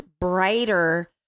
brighter